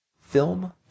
film